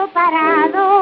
parado